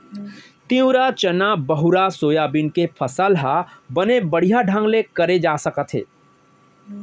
तिंवरा, चना, बहुरा, सोयाबीन के फसल ह बने बड़िहा ढंग ले करे जा सकत हे